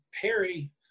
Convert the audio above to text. Perry